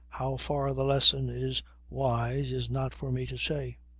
how far the lesson is wise is not for me to say.